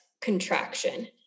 contraction